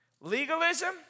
Legalism